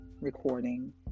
recording